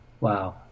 Wow